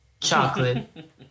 chocolate